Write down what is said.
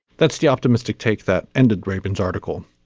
that's the optimistic take that ended greybeards article.